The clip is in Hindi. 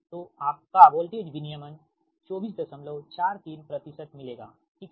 तो आपका वोल्टेज विनियमन 2443 मिलेगा ठीक है